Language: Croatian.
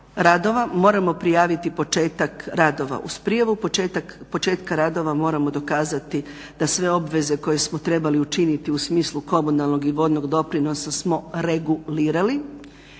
moramo prijaviti početak radova. Uz prijavu početka radova moramo dokazati da sve obveze koje smo trebali učiniti u smislu komunalnog i vodnog doprinosa smo regulirali